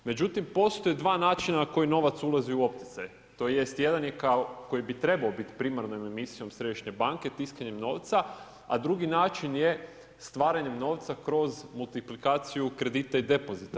Međutim postoje dva načina na koji novac ulazi u opticaj, tj. jedan koji bi trebao biti primarnom emisijom Središnje banke tiskanjem novca, a drugi način je stvaranjem novca kroz multiplikaciju kredita i depozita.